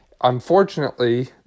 unfortunately